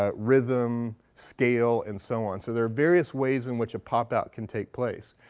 ah rhythm, scale, and so on. so there are various ways in which a popout can take place.